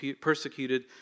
persecuted